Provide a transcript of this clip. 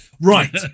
Right